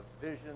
vision